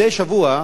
מדי שבוע,